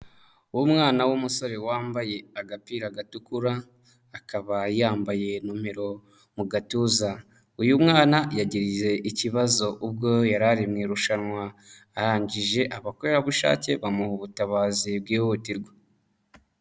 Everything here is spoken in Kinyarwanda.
Umwana w'umusore wambaye agapira gatukura, akaba yambaye nomero mu gatuza, uyu mwana yagize ikibazo ubwo yariri mu irushanwa, arangije abakorerabushake bamuha ubutabazi bwihutirwa.